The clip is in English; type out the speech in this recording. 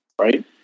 right